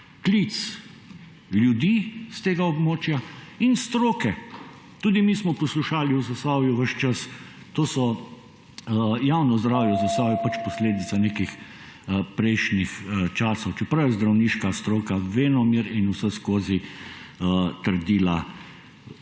klic ljudi s tega območja in stroke. Tudi mi smo poslušali v Zasavju ves čas, da je javno zdravje v Zasavju pač posledica nekih prejšnjih časov, čeprav je zdravniška stroka venomer in vseskozi trdila